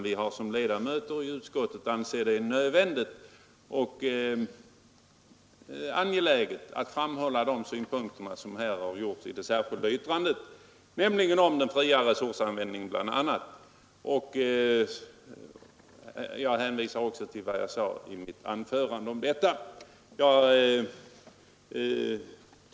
Vi har som ledamöter i utskottet ansett det angeläget att framhålla de synpunkter som vi har anfört i det särskilda yttrandet, bl.a. om den fria resursanvändningen. Jag hänvisar till vad jag sade i mitt tidigare anförande om detta.